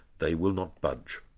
they will not budge.